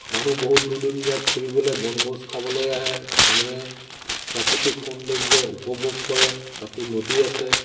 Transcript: মানুহ বহুত দূৰ দূৰণিৰ পৰা ফুৰিবলৈ বনভোজ খাবলৈ আহে মানুহে প্ৰাকৃতিক সৌন্দৰ্য উপভোগ কৰে তাতো নদী আছে